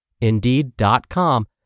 Indeed.com